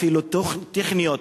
אפילו טכניות,